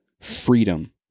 freedom